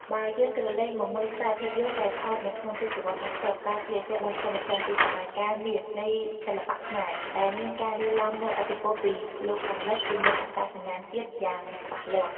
បើយើងក្រឡេកមកមើលខ្សែភាពយន្តដែលថតនៅក្នុងទស្សវត្ស៦០ ការស្លៀកពាក់បានឆ្លុះបញ្ចាំងពីសម័យកាលមាសនៃសិល្បៈខ្មែរ ដែលមានការលាយឡំនូវឥទ្ធិពលពីលោកខាងលិចជាមួយអត្តសញ្ញាណជាតិយ៉ាងច្បាស់លាស់។